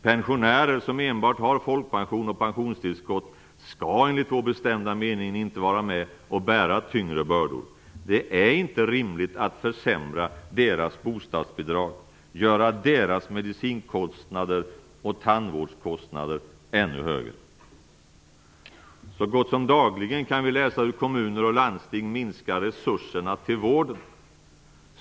Pensionärer som enbart har folkpension och pensionstillskott skall enligt vår bestämda mening inte vara med och bära tyngre bördor. Det är inte rimligt att försämra deras bostadsbidrag och att göra deras medicin och tandvårdskostnader ännu högre. Så gott som dagligen kan vi läsa hur kommuner och landsting minskar resurserna till vården.